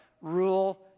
rule